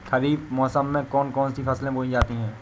खरीफ मौसम में कौन कौन सी फसलें बोई जाती हैं?